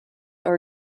are